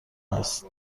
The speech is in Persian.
است